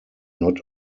not